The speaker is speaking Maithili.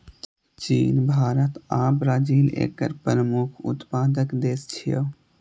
चीन, भारत आ ब्राजील एकर प्रमुख उत्पादक देश छियै